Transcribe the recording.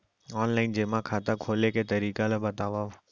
Online जेमा खाता खोले के तरीका ल बतावव?